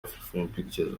afrifamepictures